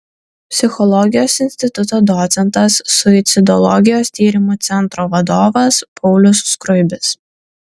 psichologijos instituto docentas suicidologijos tyrimų centro vadovas paulius skruibis